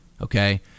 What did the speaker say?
Okay